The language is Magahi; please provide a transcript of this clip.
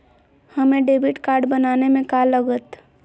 हमें डेबिट कार्ड बनाने में का लागत?